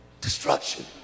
destruction